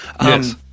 Yes